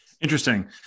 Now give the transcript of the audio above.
Interesting